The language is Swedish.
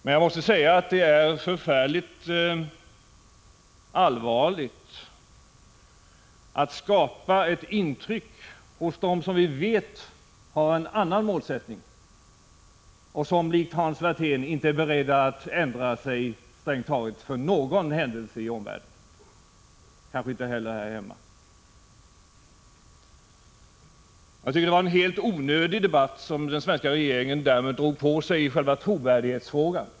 Men jag måste säga att det är förfärligt allvarligt att skapa ett intryck av något annat hos dem som vi vet har en annan målsättning och som likt Hans Werthén inte är beredda att ändra sig strängt taget för någon händelse i omvärlden, kanske inte heller här hemma. Jag tycker att det var en helt onödig debatt som den svenska regeringen därmed drog i gång i trovärdighetsfrågan.